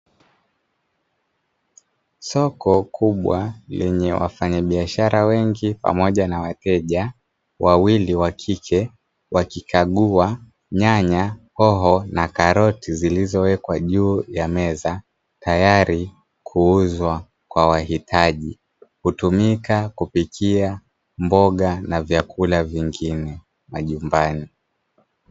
Soko kubwa lenye wafanyabiashara wengi, pamoja na wateja wawili wa kike wakikagua nyanya, hoho na karoti zilizowekwa juu ya meza tayari kuuzwa kwa wahitaji. Hutumika kupikia mboga na vyakula vingine majumbani.